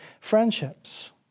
friendships